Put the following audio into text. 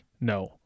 no